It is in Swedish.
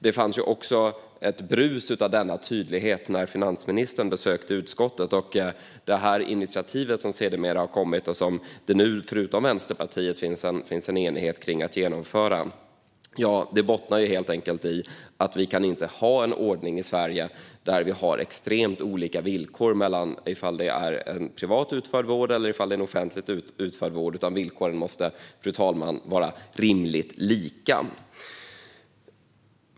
Det fanns också ett brus av denna tydlighet när finansministern besökte utskottet. Det initiativ som sedermera har kommit och som det nu, med undantag av Vänsterpartiet, finns en enighet om att genomföra bottnar i att vi inte kan ha en ordning i Sverige där det råder extremt olika villkor mellan privat och offentligt utförd vård. Villkoren måste vara rimligt lika.